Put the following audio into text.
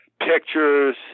pictures